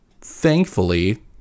thankfully